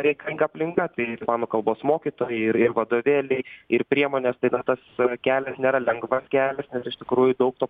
reikalinga aplinka tai ispanų kalbos mokytojai ir ir vadovėliai ir priemonės tai na tas kelias nėra lengvas kelias nes iš tikrųjų daug to